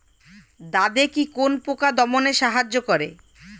দাদেকি কোন পোকা দমনে সাহায্য করে?